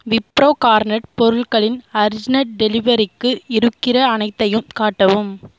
Wipro garnet பொருட்களில் urgent டெலிவரிக்கு இருக்கிற அனைத்தையும் காட்டவும்